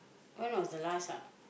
when was the last ah